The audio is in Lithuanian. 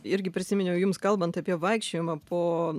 irgi prisiminiau jums kalbant apie vaikščiojimą po